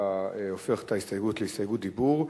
אתה הופך את ההסתייגות להסתייגות דיבור.